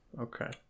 okay